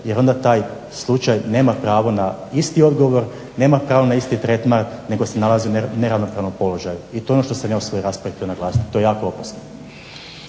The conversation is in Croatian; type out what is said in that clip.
jer onda taj slučaj nema pravo na isti odgovor, nema pravo na isti tretman nego se nalazi u neravnopravnom položaju. I to je ono što sam ja u svojoj raspravi htio naglasiti, to je jako opasno.